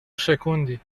شکوندی